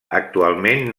actualment